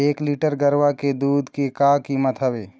एक लीटर गरवा के दूध के का कीमत हवए?